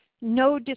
no